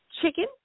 chicken